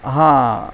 हां